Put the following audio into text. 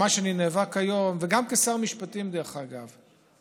גם כשר המשפטים, דרך אגב,